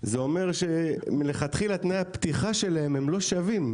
זה אומר שמלכתחילה תנאי הפתיחה שלהם הם לא שווים,